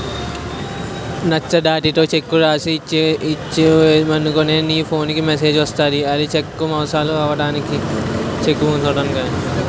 నచ్చ దాటితే చెక్కు రాసి ఇచ్చేవనుకో నీ ఫోన్ కి మెసేజ్ వస్తది ఇది చెక్కు మోసాలు ఆపడానికే